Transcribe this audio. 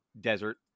desert